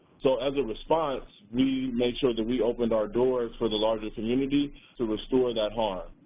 so as a response, we make sure that we opened our doors for the larger community to restore that harm.